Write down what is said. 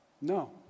No